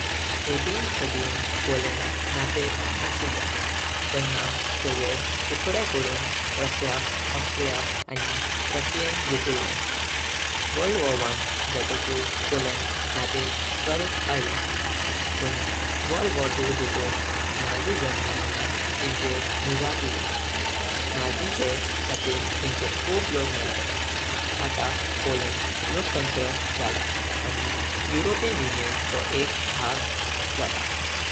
अठरावे शतकान पोलंड मापीर नाशिलो। तेन्ना तेंचे तुकडे करून प्रुशिया, आस्ट्रिया आनि रूस्स्यायें घेतिले। वर्ल्ड वॉर वन जाताको पोलंड मापीर परैत आयलो। पुण वर्ल्ड वॉर टू ह्याचेर नाझी जर्मनी नी तिणचेर जुजां केली। नाझीचे खातीर तिणचे खूप लोक मेली। अत्ता पोलंड लोकतंत्र जालो आनि यूरोपियन युनियन चो एक भाग जालो।